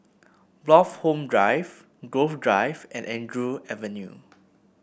Bloxhome Drive Grove Drive and Andrew Avenue